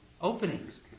openings